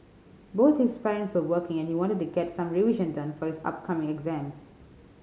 both his parents were working and he wanted to get some revision done for his upcoming exams